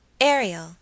Ariel